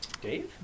Dave